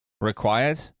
required